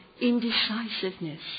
indecisiveness